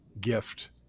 gift